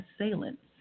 assailants